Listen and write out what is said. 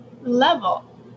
level